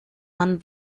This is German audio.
man